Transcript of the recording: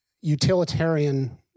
utilitarian